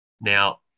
Now